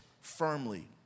firmly